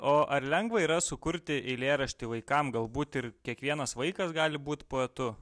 o ar lengva yra sukurti eilėraštį vaikam galbūt ir kiekvienas vaikas gali būt poetu